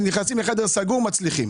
הם נכנסים לחדר סגור ומצליחים.